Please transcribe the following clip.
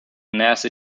nazi